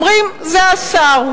אומרים: זה השר,